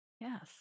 Yes